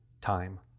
time